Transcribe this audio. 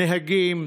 נהגים,